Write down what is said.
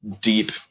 deep